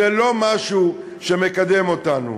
זה לא משהו שמקדם אותנו.